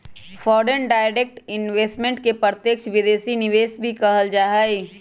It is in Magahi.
फॉरेन डायरेक्ट इन्वेस्टमेंट के प्रत्यक्ष विदेशी निवेश भी कहल जा हई